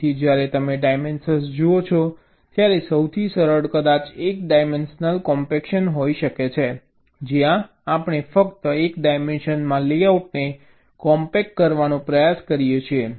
તેથી જ્યારે તમે ડાયમેન્શન જુઓ છો ત્યારે સૌથી સરળ કદાચ 1 ડાયમેન્શનલ કોમ્પેક્શન હોઈ શકે છે જ્યાં આપણે ફક્ત 1 ડાયમેન્શનમાં લેઆઉટને કોમ્પેક્ટ કરવાનો પ્રયાસ કરીએ છીએ